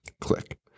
click